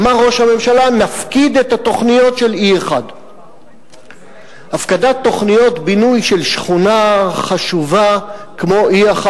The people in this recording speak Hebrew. אמר ראש הממשלה: נפקיד את התוכניות של E1. הפקדת תוכניות בינוי של שכונה חשובה כמו E1,